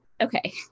okay